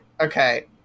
okay